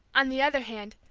on the other hand,